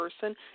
person